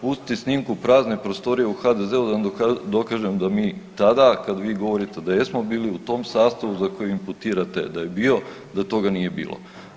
Pustiti snimku prazne prostorije u HDZ-u da vam dokažem da mi tada, kad vi govorite da jesmo bili u tom sastavu za koji imputirate da je bio, da toga nije bilo.